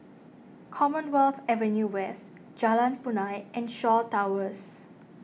Commonwealth Avenue West Jalan Punai and Shaw Towers